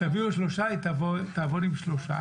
תביאו שלושה היא תעבוד עם שלושה.